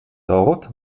dort